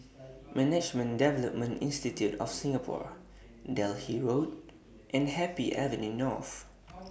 Management Development Institute of Singapore Delhi Road and Happy Avenue North